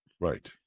Right